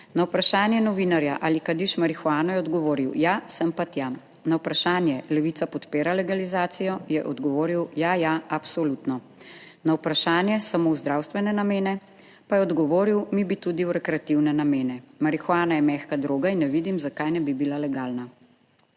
Na vprašanje novinarja, ali kadiš marihuano, je odgovoril, ja, sem pa tja. Na vprašanje, Levica podpira legalizacijo, je odgovoril, ja, ja, absolutno. Na vprašanje samo v zdravstvene namene pa je odgovoril, mi bi tudi v rekreativne namene. Marihuana je mehka droga in ne vidim, zakaj ne bi bila legalna.